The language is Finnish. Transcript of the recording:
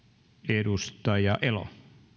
arvoisa